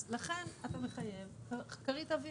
אז לכן אתה מחייב כרית אוויר.